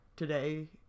today